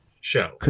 show